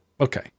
Okay